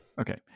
Okay